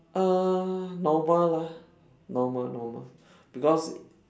uh normal lah normal normal because